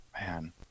Man